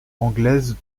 anglaises